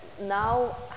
Now